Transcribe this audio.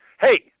hey